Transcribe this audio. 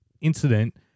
incident